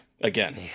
Again